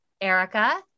Erica